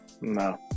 No